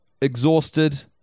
exhausted